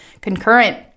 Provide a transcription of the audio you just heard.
concurrent